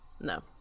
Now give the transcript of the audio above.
No